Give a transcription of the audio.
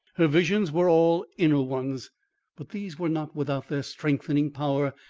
her visions were all inner ones but these were not without their strengthening power,